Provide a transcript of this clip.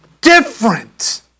Different